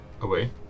Away